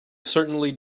certainly